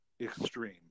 extreme